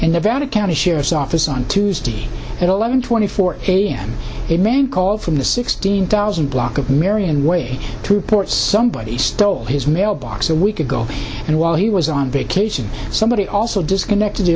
nevada county sheriff's office on tuesday at eleven twenty four a m a man called from the sixteen thousand block of marion way to ports somebody stole his mailbox a week ago and while he was on vacation somebody also disconnected